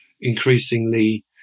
increasingly